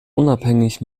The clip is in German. unabhängig